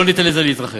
לא ניתן לזה להתרחש.